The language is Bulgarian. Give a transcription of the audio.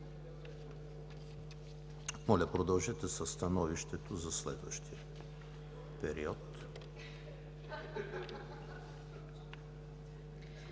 Моля, продължете със становището за следващия период.